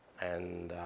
and